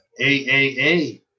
AAA